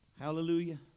hallelujah